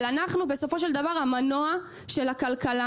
אבל אנחנו בסופו של דבר המנוע של הכלכלה